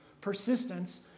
Persistence